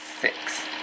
six